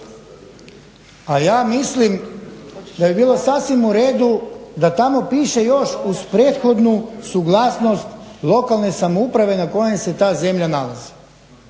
a ja mislim da bi bilo sasvim uredu da tamo piše još uz prethodnu suglasnost lokalne samouprave na kojoj se ta zemlja nalazi.